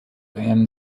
van